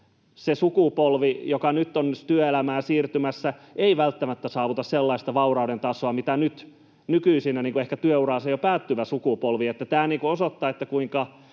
että se sukupolvi, joka nyt on työelämään siirtymässä, ei välttämättä saavuta sellaista vaurauden tasoa kuin nykyisin ehkä työuransa jo päättävä sukupolvi. Tämä osoittaa,